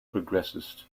progressist